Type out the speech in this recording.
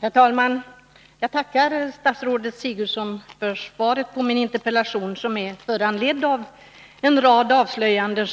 Herr talman! Jag tackar statsrådet Sigurdsen för svaret på min interpellation, som är föranledd av att en rad avslöjanden